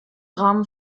rahmen